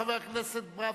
חבר הכנסת ברוורמן.